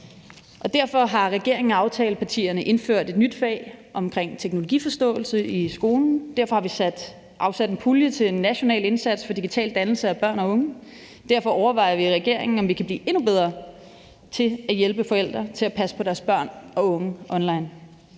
Derfor har regeringen og aftalepartierne indført et nyt fag med teknologiforståelse i skolen, derfor har vi afsat en pulje til en national indsats for digital dannelse af børn og unge, og derfor overvejer vi i regeringen, om vi kan blive endnu bedre til at hjælpe forældre til at passe på deres børn og unge online.